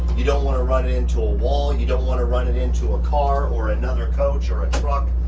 you don't wanna run it into a wall. you don't wanna run it into a car or another coach or a truck.